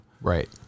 right